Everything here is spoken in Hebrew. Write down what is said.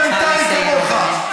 אני לא פקיד פרלמנטרי כמוך.